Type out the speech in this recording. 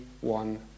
one